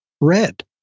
red